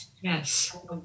Yes